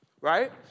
right